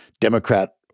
Democrat